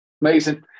Amazing